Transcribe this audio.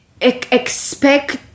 expect